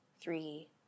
three